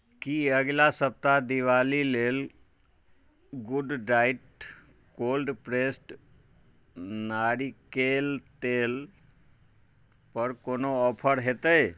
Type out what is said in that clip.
की अगिला सप्ताह दिवाली लेल गुड डाइट कोल्ड प्रेस्ड नारिकेल तेलपर कोनो ऑफर हेतै